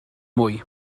mwy